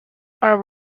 are